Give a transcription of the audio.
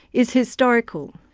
is historical.